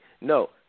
No